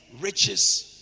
riches